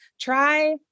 try